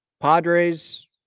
Padres